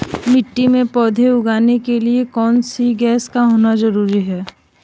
मिट्टी में पौधे उगाने के लिए कौन सी गैस का होना जरूरी है?